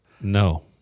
No